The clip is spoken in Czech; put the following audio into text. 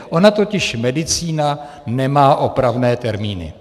Ona totiž medicína nemá opravné termíny.